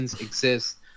exist